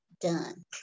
done